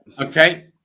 okay